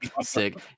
Sick